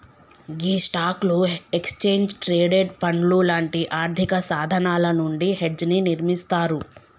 గీ స్టాక్లు, exchange traded పండ్లు లాంటి ఆర్థిక సాధనాలు నుండి హెడ్జ్ ని నిర్మిస్తారు